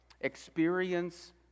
experience